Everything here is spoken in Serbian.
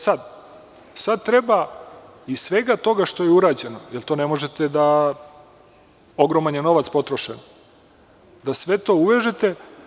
Sad treba iz svega toga što je urađeno, jer je ogroman novac potrošen, da sve to uvežete.